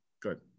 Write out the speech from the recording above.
good